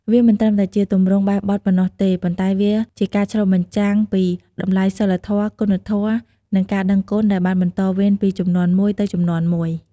វាមិនត្រឹមតែជាទម្រង់បែបបទប៉ុណ្ណោះទេ ប៉ុន្តែវាជាការឆ្លុះបញ្ចាំងពីតម្លៃសីលធម៌ គុណធម៌ និងការដឹងគុណដែលបានបន្តវេនពីជំនាន់មួយទៅជំនាន់មួយ។